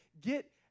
get